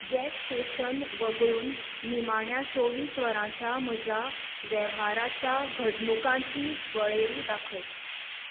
gas station वगळून निमाण्या चोवीस वरां च्या म्हज्या वेव्हाराच्या घडणूकांची वळेरी दाखय